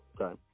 okay